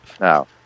Now